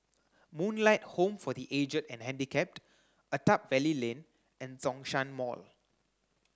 Moonlight Home for the Aged and Handicapped Attap Valley Lane and Zhongshan Mall